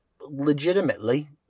legitimately